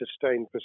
sustained